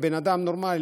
כבן אדם נורמלי,